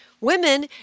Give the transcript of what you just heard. Women